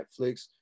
Netflix